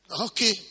Okay